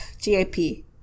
G-A-P